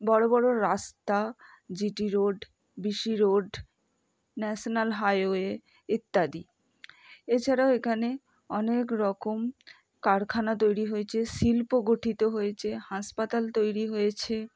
বড় বড় রাস্তা G T road B C road national highway ইত্যাদি এছাড়াও এখানে অনেকরকম কারখানা তৈরি হয়েছে শিল্প গঠিত হয়েছে হাসপাতাল তৈরি হয়েছে